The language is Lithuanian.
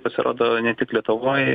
pasirodo ne tik lietuvoj